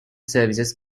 services